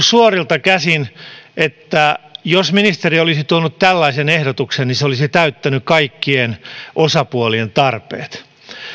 suorilta käsin että jos ministeri olisi tuonut tällaisen ehdotuksen niin se olisi täyttänyt kaikkien osapuolien tarpeet